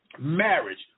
Marriage